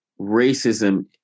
racism